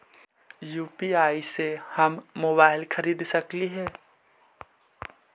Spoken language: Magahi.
यु.पी.आई से हम मोबाईल खरिद सकलिऐ है